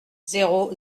zéro